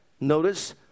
Notice